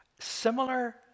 Similar